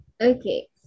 Okay